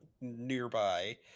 nearby